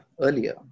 earlier